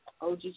OG